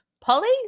Polly